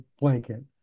blanket